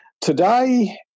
today